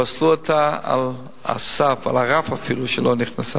פסלו אותה על הסף, על הרף אפילו, היא לא נכנסה.